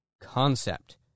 concept